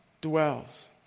dwells